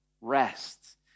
Rest